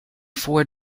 four